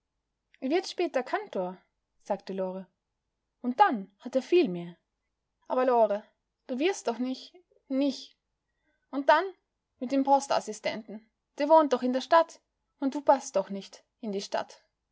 wird später kantor sagte lore und dann hat er viel mehr aber lore du wirst doch nich nich und dann mit dem postassistenten der wohnt doch in der stadt und du paßt doch nich in die stadt